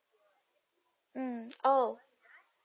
mm oh